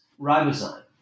ribozyme